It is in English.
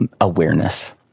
Awareness